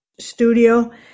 studio